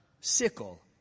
sickle